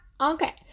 Okay